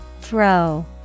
Throw